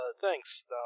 thanks